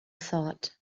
thought